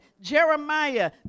Jeremiah